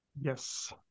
Yes